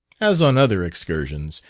as on other excursions,